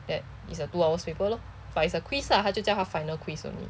that is a two hours paper lor but it's a quiz lah 他就就叫它 final quiz only